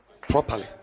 Properly